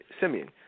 Simeon